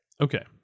Okay